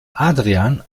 adrian